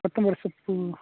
ಕೊತ್ತಂಬರಿ ಸೊಪ್ಪು